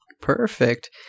Perfect